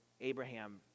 Abraham